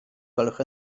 gwelwch